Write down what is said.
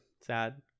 sad